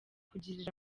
kugirira